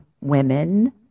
women